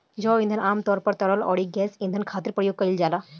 जैव ईंधन आमतौर पर तरल अउरी गैस ईंधन खातिर प्रयोग कईल जाला